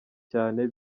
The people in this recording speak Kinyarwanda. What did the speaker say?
cyane